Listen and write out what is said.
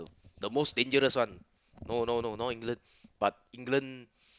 the most dangerous one no no no no England but England